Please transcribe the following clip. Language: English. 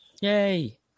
Yay